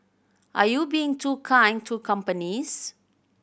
are you being too kind to companies